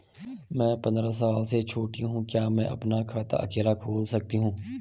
मैं पंद्रह साल से छोटी हूँ क्या मैं अपना खाता अकेला खोल सकती हूँ?